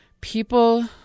people